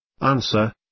Answer